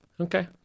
Okay